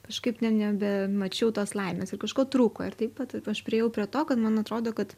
kažkaip ne nebemačiau tos laimės ir kažko trūko ir taip vat aš priėjau prie to kad man atrodo kad